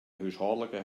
húshâldlike